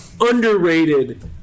Underrated